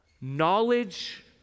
Knowledge